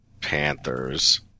Panthers